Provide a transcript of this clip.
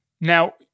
Now